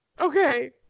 Okay